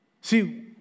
See